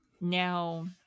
now